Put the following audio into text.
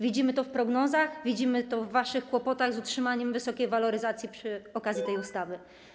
Widzimy to w prognozach, widzimy to w związku z waszymi kłopotami z utrzymaniem wysokiej waloryzacji przy okazji tej ustawy.